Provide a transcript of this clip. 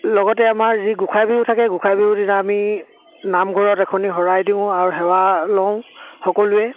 লগতে আমাৰ যি গোঁসাই বিহু থাকে গোসাঁই বিহুৰ দিনা আমি নামঘৰত এখনি শৰাই দিওঁ আৰু সেৱা লওঁ সকলোৱে